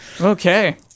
Okay